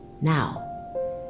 now